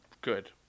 Good